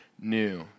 new